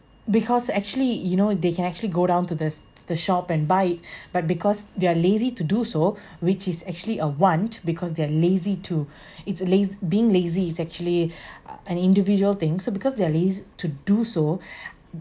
because actually you know they can actually go down to this the shop and buy it but because they are lazy to do so which is actually a want because they are lazy to it's a la~ being lazy it's actually an individual thing so because they are lazy to do so